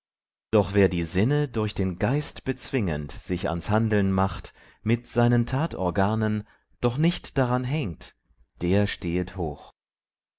doch wer die sinne durch den geist bezwingend sich ans handeln macht mit seinen tatorganen doch nicht daran hängt der stehet hoch